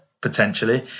potentially